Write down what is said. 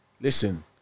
listen